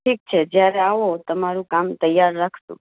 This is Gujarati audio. ઠીક છે જ્યારે આવો તમારું કામ તૈયાર રાખશું